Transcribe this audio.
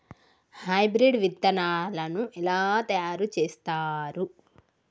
Hybrid విత్తనాలను ఎలా తయారు చేస్తారు?